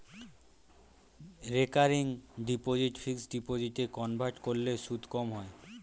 recurring deposit fixed ডিপোজিটে convert করলে সুদ কম হয়